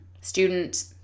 student